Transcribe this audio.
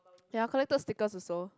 ya collected speaker also